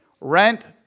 rent